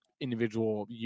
individual